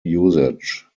usage